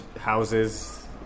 houses